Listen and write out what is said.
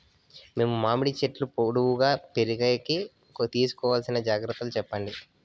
మేము మామిడి చెట్లు పొడువుగా పెరిగేకి తీసుకోవాల్సిన జాగ్రత్త లు చెప్పండి?